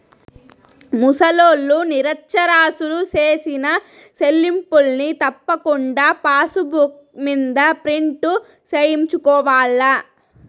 ముసలోల్లు, నిరచ్చరాసులు సేసిన సెల్లింపుల్ని తప్పకుండా పాసుబుక్ మింద ప్రింటు సేయించుకోవాల్ల